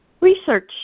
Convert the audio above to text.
Research